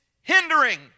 hindering